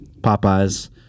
Popeye's